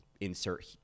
insert